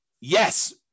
Yes